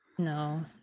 No